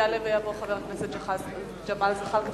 יעלה ויבוא חבר הכנסת ג'מאל זחאלקה,